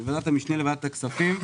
בוועדת המשנה לוועדת הכספים.